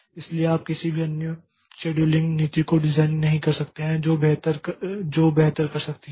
इसलिए आप किसी भी अन्य शेड्यूलिंग नीति को डिज़ाइन नहीं कर सकते हैं जो बेहतर कर सकती है